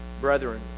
Brethren